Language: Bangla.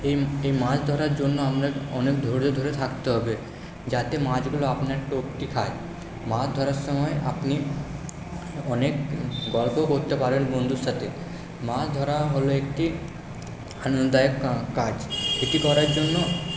এই এই মাছ ধরার জন্য আমাদের অনেক ধৈর্য্য ধরে থাকতে হবে যাতে মাছগুলো আপনার টোপটি খায় মাছ ধরার সময় আপনি অনেক গল্প করতে পারেন বন্ধুর সাথে মাছ ধরা হলো একটি আনন্দদায়ক কাজ এটি করার জন্য